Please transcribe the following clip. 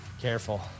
Careful